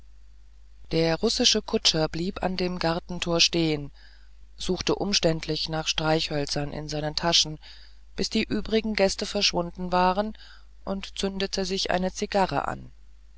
der russische kutscher blieb an dem gartentor stehen suchte umständlich nach streichhölzern in seinen taschen bis die übrigen gäste verschwunden waren und zündete sich eine zigarre an